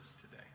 today